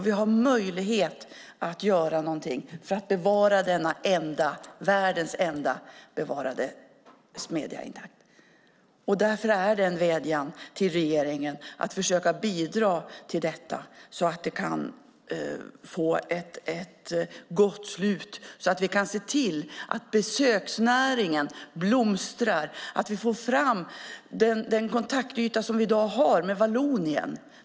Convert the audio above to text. Vi har möjlighet att göra någonting för att bevara denna världens enda bevarade smedja intakt. Därför är min vädjan till regeringen att den försöker bidra till detta så att det kan få ett gott slut. Vi bör kunna se till att besöksnäringen blomstrar och att vi får fram den kontaktyta som vi i dag har med Vallonien.